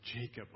Jacob